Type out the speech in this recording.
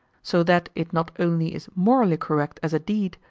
so that it not only is morally correct as a deed,